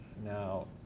now,